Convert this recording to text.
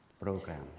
program